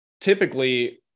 typically